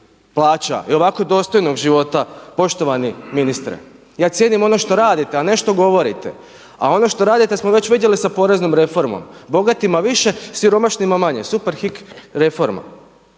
plaća i ovako dostojnog života, poštovani ministre. Ja cijenim ono što radite a ne što govorite. A ono što radite smo već vidjeti sa poreznom reformom, bogatima više, siromašnima manje, „Superhik“ reforma.